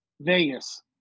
Vegas